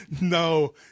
No